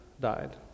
died